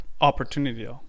Opportunity